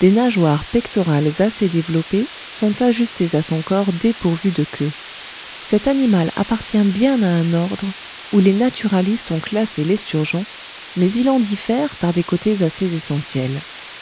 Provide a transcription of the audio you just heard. des nageoires pectorales assez développées sont ajustées à son corps dépourvu de queue cet animal appartient bien à un ordre où les naturalistes ont classé l'esturgeon mais il en diffère par des côtés assez essentiels